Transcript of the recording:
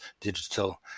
digital